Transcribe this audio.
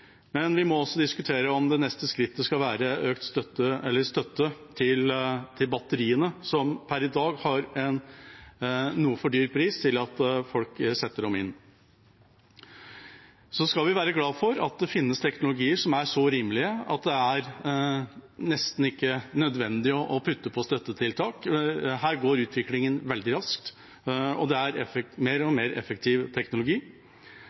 Men vi må diskutere om det neste skrittet skal være støtte til batteriene, som per i dag har en noe for høy pris til at folk setter dem inn. Vi skal være glad for at det finnes teknologier som er så rimelige at det nesten ikke er nødvendig med støttetiltak. Her går utviklingen veldig raskt, og det kommer mer og mer effektiv teknologi.